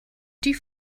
die